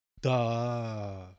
Duh